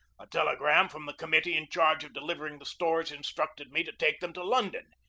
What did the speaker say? a telegram from the committee in charge of delivering the stores instructed me to take them to london,